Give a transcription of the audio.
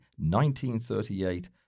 1938